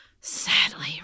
sadly